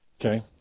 Okay